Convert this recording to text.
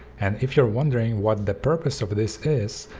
and if you're wondering what the purpose of this is,